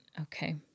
Okay